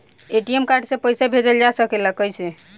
ATM card से पइसा भेजल जा सकेला कइसे?